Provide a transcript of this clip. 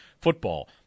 football